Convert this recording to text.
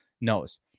knows